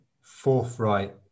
forthright